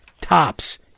tops